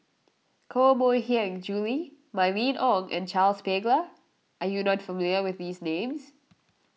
Koh Mui Hiang Julie Mylene Ong and Charles Paglar are you not familiar with these names